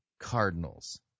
cardinals